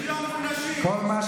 אדוני, אנחנו,